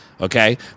Okay